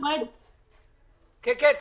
כן, כן.